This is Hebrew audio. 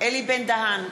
אלי בן-דהן,